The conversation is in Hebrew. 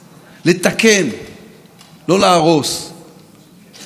לזכור שיש דבר כזה מסורת שלטונית ולשמור עליה.